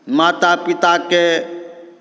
माता पिताके